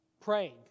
praying